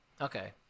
Okay